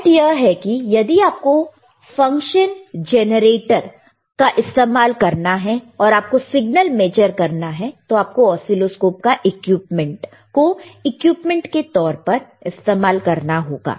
point यह है कि यदि आपको फंक्शन जनरेटर का इस्तेमाल करना है और आपको सिग्नल मेजर करना है तो आप को ऑसीलोस्कोप को इक्विपमेंट्स के तौर पर इस्तेमाल करना होगा